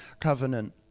covenant